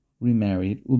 remarried